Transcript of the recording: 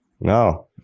no